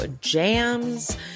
Jams